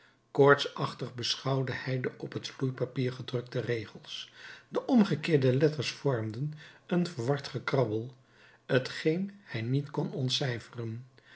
koortsachtig beschouwde hij de op het vloeipapier gedrukte regels de omgekeerde letters vormden een verward gekrabbel t geen hij niet kon ontcijferen